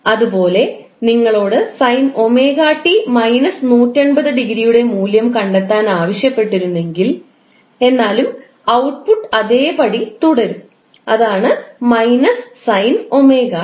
അതുപോലെ നിങ്ങളോട് sin𝜔𝑡 − 180 യുടെ മൂല്യം കണ്ടെത്താൻ ആവശ്യപ്പെട്ടിരുന്നെങ്കിൽഎന്നാലും ഔട്ട്പുട്ട് അതേപടി തുടരും അതാണ് − sin 𝜔𝑡